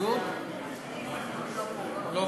לא פה,